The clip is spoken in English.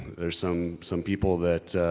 there's some, some people that,